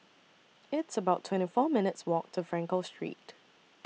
It's about twenty four minutes' Walk to Frankel Street